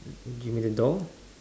give me the door